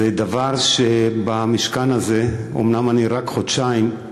זה דבר שבמשכן הזה, אומנם אני רק חודשיים,